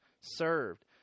served